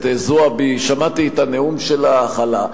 תרצו שאתם, הבית שלכם,